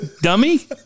dummy